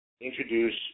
introduce